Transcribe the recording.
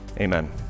Amen